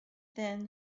thin